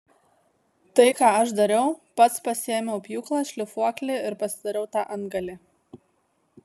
tai ką aš dariau pats pasiėmiau pjūklą šlifuoklį ir pasidariau tą antgalį